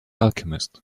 alchemist